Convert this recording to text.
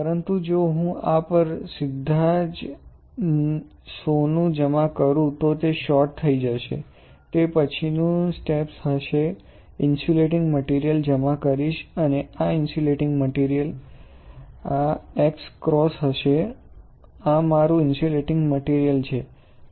પરંતુ જો હું આ પર સીધા જ સોનું જમા કરું તો તે શોર્ટ થઈ જશે તે પછીનું સ્ટેપ્સ હશે હું ઇન્સ્યુલેટીંગ મટિરિયલ જમા કરીશ અને આ ઇન્સ્યુલેટીંગ મટિરિયલ આ x ક્રોસ હશે આ મારુ ઇન્સ્યુલેટીંગ મટિરિયલ છે